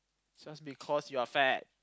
so just because you are fat